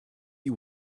you